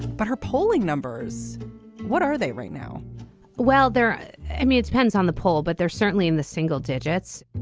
but her polling numbers what are they right now well there i mean it depends on the poll but they're certainly in the single digits